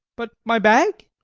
but my bag?